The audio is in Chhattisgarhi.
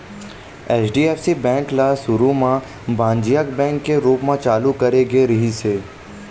एच.डी.एफ.सी बेंक ल सुरू म बानिज्यिक बेंक के रूप म चालू करे गे रिहिस हे